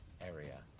area